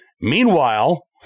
Meanwhile